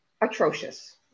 atrocious